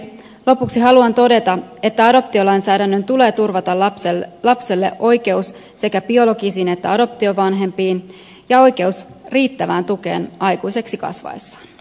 lopuksi haluan todeta että adoptiolainsäädännön tulee turvata lapselle oikeus sekä biologisiin että adoptiovanhempiin ja oikeus riittävään tukeen aikuiseksi kasvaessa